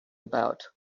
about